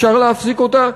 אפשר להפסיק אותה,